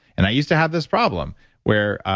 and i used to have this problem where,